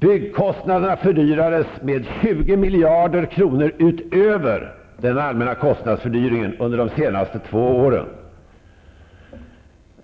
Byggkostnaderna fördyrades med 20 miljarder kronor utöver den allmänna kostnadsfördyringen under de senaste två åren.